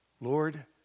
Lord